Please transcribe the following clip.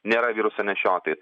nėra viruso nešiotojai